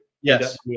Yes